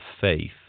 faith